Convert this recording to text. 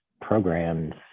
programs